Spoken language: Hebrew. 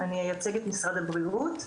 אני אייצג את משרד הבריאות.